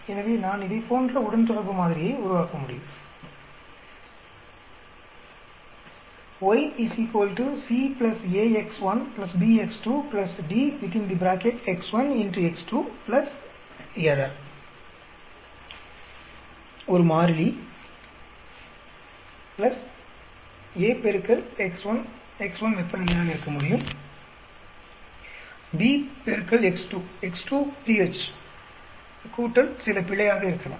எனவே நான் இதைப் போன்ற உடன்தொடர்பு மாதிரியை உருவாக்க முடியும் - சில ஒரு மாறிலி a X x1 x1 வெப்பநிலையாக இருக்கமுடியும் b X x2 x2 pH சில பிழையாக இருக்கலாம்